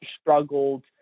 struggled